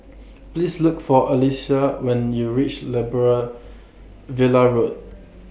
Please Look For Alyssia when YOU REACH Villa Road